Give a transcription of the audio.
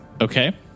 Okay